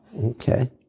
Okay